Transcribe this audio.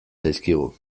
zaizkigu